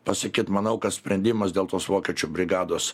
pasakyt manau kad sprendimas dėl tos vokiečių brigados